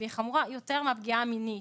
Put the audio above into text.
והיא חמורה יותר מהפגיעה המינית.